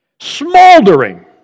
smoldering